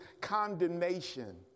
condemnation